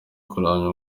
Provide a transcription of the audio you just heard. kuramya